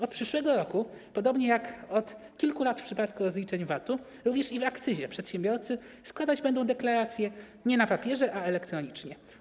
Od przyszłego roku, podobnie jak od kilku lat w przypadku rozliczeń VAT-u, również w akcyzie przedsiębiorcy składać będą deklaracje nie na papierze, a elektronicznie.